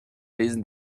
lesen